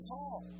Paul